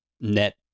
net